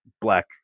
black